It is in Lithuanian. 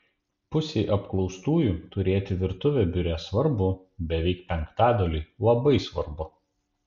pusei apklaustųjų turėti virtuvę biure svarbu beveik penktadaliui labai svarbu